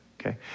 okay